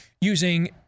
using